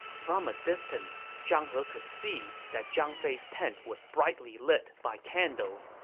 from a distance, zhang he could see that zhang fei's tent was brightly lit by candles,